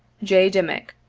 j. dimick,